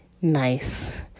nice